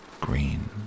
green